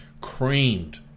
creamed